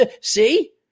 see